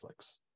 Netflix